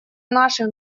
нашей